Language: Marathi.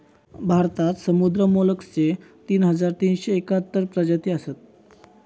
भारतात समुद्री मोलस्कचे तीन हजार तीनशे एकाहत्तर प्रजाती असत